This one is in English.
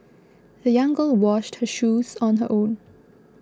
the young girl washed her shoes on her own